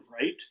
right